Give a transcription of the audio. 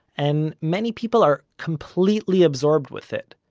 and many people are completely absorbed with it.